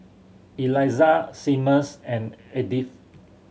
Elizah Seamus and Edith